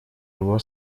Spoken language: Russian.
его